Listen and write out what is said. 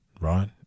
right